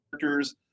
characters